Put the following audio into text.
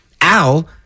Al